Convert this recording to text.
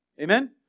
Amen